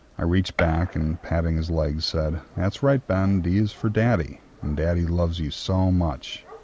i reached back and patting his leg, said, that's right, ben, d is for daddy, and daddy loves you so much.